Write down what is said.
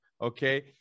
okay